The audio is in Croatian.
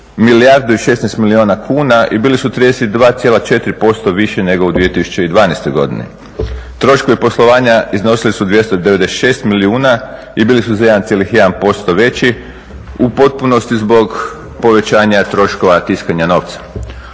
i 16 milijuna kuna i bili su 32,4% više nego u 2012.godini. troškovi poslovanja iznosili su 296 milijuna i bili su za 1,1% veći u potpunosti zbog povećanja troškova tiskanja novca.